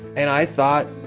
and i thought,